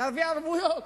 תביא ערבויות.